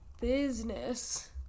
business